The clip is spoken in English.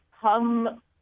come